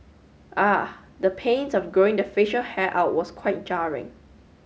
ah the pains of growing the facial hair out was quite jarring